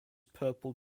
purple